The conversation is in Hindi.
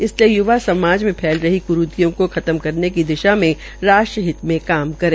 इसलिए य्वा समाज के फेल रही क्रीतियों को खत्म करने की दिशा मे राष्टहित में काम करें